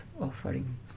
offering